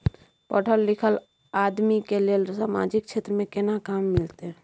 पढल लीखल आदमी के लेल सामाजिक क्षेत्र में केना काम मिलते?